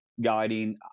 guiding